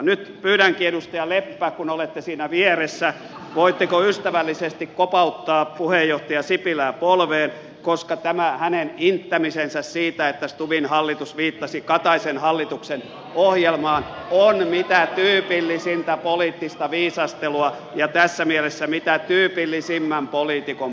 nyt pyydänkin edustaja leppä kun olette siinä vieressä voitteko ystävällisesti kopauttaa puheenjohtaja sipilää polveen koska tämä hänen inttämisensä siitä että stubbin hallitus viittasi kataisen hallituksen ohjelmaan on mitä tyypillisintä poliittista viisastelua ja tässä mielessä mitä tyypillisimmän poliitikon puhetta